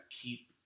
keep